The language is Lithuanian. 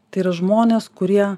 tai yra žmonės kurie